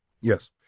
yes